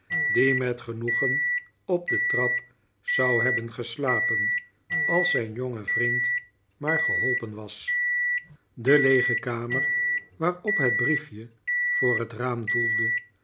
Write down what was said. die met genoegen op de trap zou hebben geslapen als zijn jonge vriend maar geholpen was de leege kamer waarop het briefje voor het raam doelde